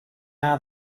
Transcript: are